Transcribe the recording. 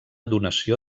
donació